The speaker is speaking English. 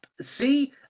See